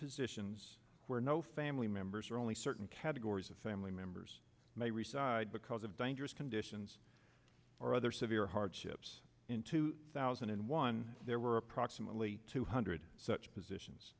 positions where no family members are only certain categories of family members may receive because of dangerous conditions or other severe hardships in two thousand and one there were approximately two hundred such positions